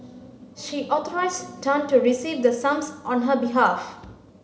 she authorised Tan to receive the sums on her behalf